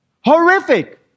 Horrific